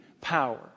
power